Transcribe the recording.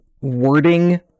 wording